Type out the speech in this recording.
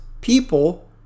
people